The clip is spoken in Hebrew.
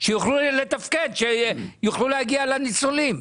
כדי שיוכלו לתפקד ויוכלו להגיע לניצולים.